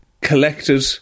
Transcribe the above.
collected